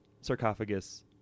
sarcophagus